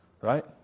right